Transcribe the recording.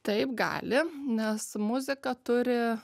taip gali nes muzika turi